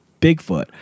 Bigfoot